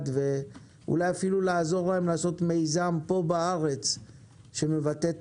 ואולי אפילו לעזור להם לעשות מיזם פה בארץ שמבטא את